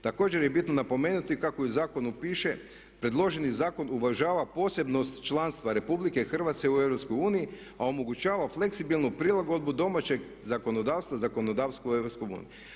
Također je bitno napomenuti kako u zakonu piše, predloženi zakon uvažava posebnost članstva RH u EU a omogućava fleksibilnu prilagodbu domaćeg zakonodavstva, zakonodavstva u EU.